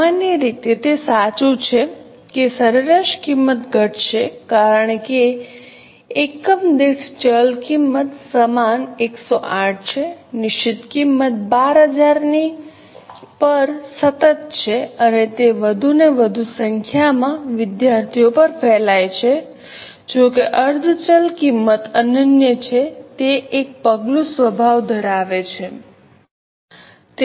સામાન્ય રીતે તે સાચું છે કે સરેરાશ કિંમત ઘટશે કારણ કે એકમ દીઠ ચલ કિંમત સમાન 108 છે નિશ્ચિત કિંમત 12000 ની પર સતત છે અને તે વધુ અને વધુ સંખ્યામાં વિદ્યાર્થીઓ પર ફેલાય છે જો કે અર્ધ ચલ કિંમત અનન્ય છે તે એક પગલું સ્વભાવ ધરાવે છે